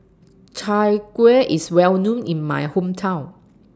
Chai Kueh IS Well known in My Hometown